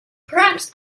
perhaps